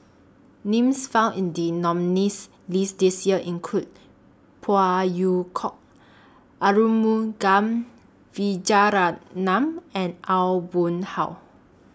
Names found in The nominees' list This Year include Phey Yew Kok Arumugam Vijiaratnam and Aw Boon Haw